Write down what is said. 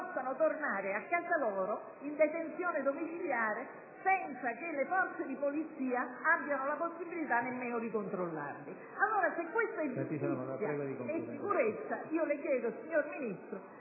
potranno tornare a casa loro, in detenzione domiciliare, senza che le forze di polizia abbiano la possibilità di controllarli. Se questa è giustizia e sicurezza io le chiedo, signor Ministro,